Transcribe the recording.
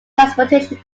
transportation